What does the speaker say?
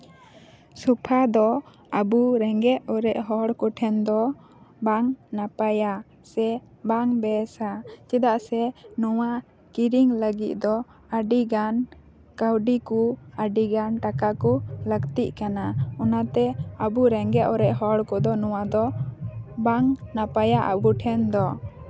ᱥᱳᱯᱷᱟ ᱫᱚ ᱟᱵᱚ ᱨᱮᱸᱜᱮᱡ ᱚᱨᱮᱡ ᱦᱚᱲ ᱠᱚᱴᱷᱮᱱ ᱫᱚ ᱵᱟᱝ ᱱᱟᱯᱟᱭᱟ ᱥᱮ ᱵᱟᱝ ᱵᱮᱥᱼᱟ ᱪᱮᱫᱟᱜ ᱥᱮ ᱱᱚᱣᱟ ᱠᱤᱨᱤᱧ ᱞᱟᱹᱜᱤᱫ ᱫᱚ ᱟᱹᱰᱤᱜᱟᱱ ᱟᱹᱰᱤᱜᱟᱱ ᱠᱟᱹᱣᱰᱤ ᱠᱚ ᱟᱹᱰᱤ ᱜᱟᱱ ᱴᱟᱠᱟ ᱠᱚ ᱞᱟᱹᱠᱛᱤᱜ ᱠᱟᱱᱟ ᱚᱱᱟᱛᱮ ᱟᱵᱚ ᱨᱮᱸᱜᱮᱡ ᱚᱨᱮᱡ ᱦᱚᱲ ᱠᱚᱫᱚ ᱱᱚᱣᱟ ᱫᱚ ᱵᱟᱝ ᱱᱟᱯᱟᱭᱟ ᱟᱵᱚ ᱴᱷᱮᱱ ᱫᱚ